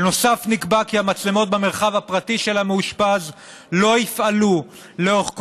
בנוסף נקבע כי המצלמות במרחב הפרטי של המאושפז לא יפעלו לאורך